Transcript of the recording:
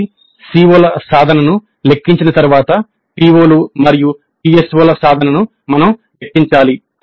కాబట్టి CO ల సాధనను లెక్కించిన తరువాత PO లు మరియు PSO ల సాధనను మనం లెక్కించాలి